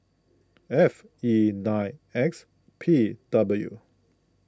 F E nine X P W